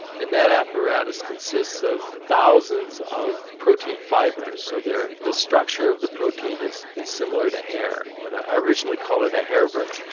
and that apparatus consists of thousands of protein fibres so the structure of the protein is is similar to hair, and i originally called it a hairbrain